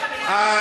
פופוליזם.